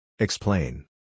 Explain